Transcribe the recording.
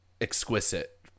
exquisite